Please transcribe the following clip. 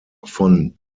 von